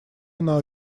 она